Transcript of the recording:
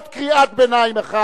אני קורא לך לסדר פעם שנייה.